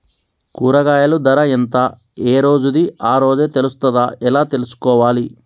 కూరగాయలు ధర ఎంత ఏ రోజుది ఆ రోజే తెలుస్తదా ఎలా తెలుసుకోవాలి?